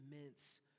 immense